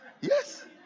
Yes